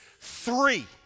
three